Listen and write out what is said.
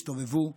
הסתובבו,